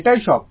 এটাই সব